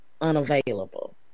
unavailable